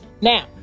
now